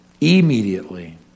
immediately